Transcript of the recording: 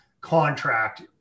contract